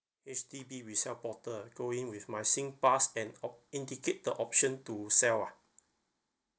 H_D_B resale portal going with my singpass and op~ indicate the option to sell ah